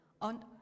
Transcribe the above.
on